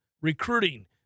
recruiting